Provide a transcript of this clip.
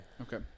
Okay